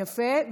יפה.